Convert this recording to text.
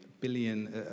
billion